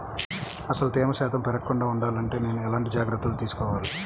అసలు తేమ శాతం పెరగకుండా వుండాలి అంటే నేను ఎలాంటి జాగ్రత్తలు తీసుకోవాలి?